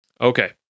Okay